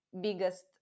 biggest